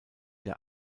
der